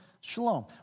shalom